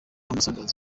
ambassadors